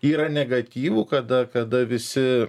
yra negatyvų kada kada visi